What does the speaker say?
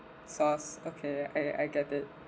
sauce okay I I got it